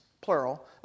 plural